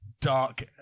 dark